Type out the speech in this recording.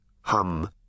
hum